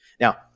Now